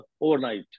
overnight